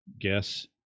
guess